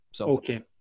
okay